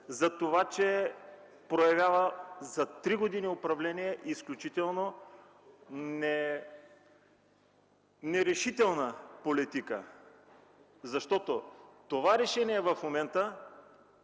за това, че за три години управление проявяват изключително нерешителна политика, защото това решение в момента